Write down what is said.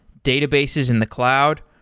databases in the cloud,